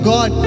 God